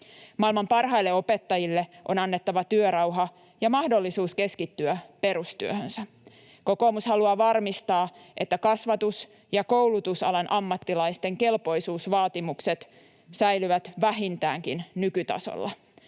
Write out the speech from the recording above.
Maailman parhaille opettajille on annettava työrauha ja mahdollisuus keskittyä perustyöhönsä. Kokoomus haluaa varmistaa, että kasvatus- ja koulutusalan ammattilaisten kelpoisuusvaatimukset säilyvät vähintäänkin nykytasolla.